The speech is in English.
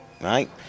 right